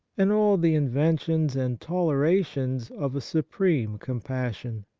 and all the inventions and tolera tions of a supreme compassion.